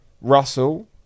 Russell